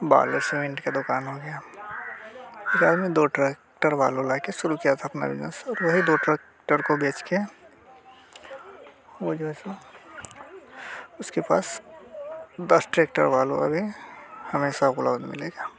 बागड़ cement का दुकान हो गया बाद में दो ट्रैक्टर वालों ने लाकर शुरू किया था अपना बिजनेस और वह दो ट्रैक्टर को बेच के वो जो है उसके पास दस ट्रैक्टर वालों ने हमेशा क्लोज मिलेगा